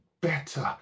better